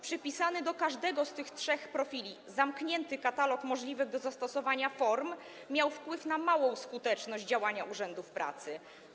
Przypisany do każdego z tych trzech profili zamknięty katalog możliwych do zastosowania form miał wpływ na małą skuteczność działania urzędów pracy.